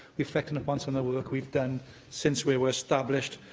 reflecting upon some of the work we've done since we were established,